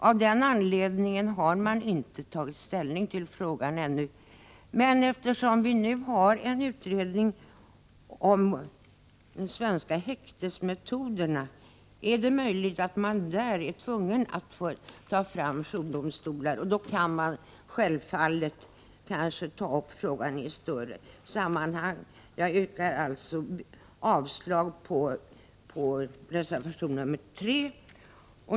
Av den anledningen har man inte tagit ställning till frågan ännu, men eftersom vi nu har en utredning om det svenska häktningsförfarandet, är det möjligt att man i det sammanhanget är tvungen att ta upp frågan om jourdomstolar. Då kan man självfallet ta upp frågan i ett större sammanhang. Jag yrkar alltså avslag på reservation 3.